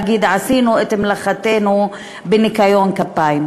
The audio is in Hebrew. להגיד: עשינו את מלאכתנו בניקיון כפיים,